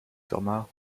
sommer